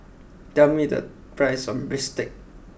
tell me the price of Bistake